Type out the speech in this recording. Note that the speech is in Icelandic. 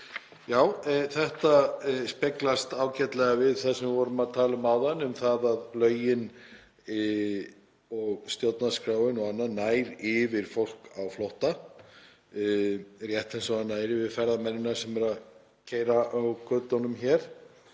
Þetta speglast ágætlega við það sem við vorum að tala um áðan, um það að lögin og stjórnarskráin og annað nái yfir fólk á flótta, rétt eins og yfir ferðamennina sem eru að keyra á götunum hér.